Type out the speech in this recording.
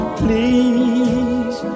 please